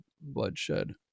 bloodshed